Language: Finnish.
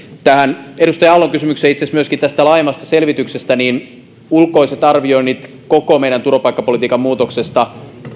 edustaja aallon kysymykseen itse asiassa myöskin tästä laajemmasta selvityksestä ulkoiset arvioinnit koko meidän turvapaikkapolitiikan muutoksesta